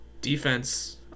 defense